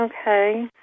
Okay